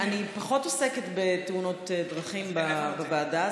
אני פחות עוסקת בתאונות דרכים בוועדה,